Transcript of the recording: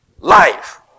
life